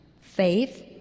Faith